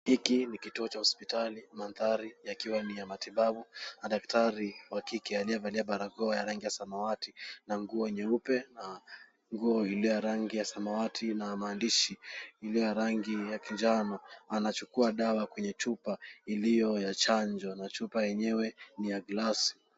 Hiki ni kituo cha hospitali mandhari yakiwa ni ya matibabu na daktari wa kike aliyevalia barakoa ya rangi ya samawati na nguo nyeupe na nguo iliyo ya rangi ya samawati na maandishi iliyo ya rangi ya kinjano. Anachukua dawa kwenye chupa iliyo ya chanjo na chupa yenyewe ni ya glasi.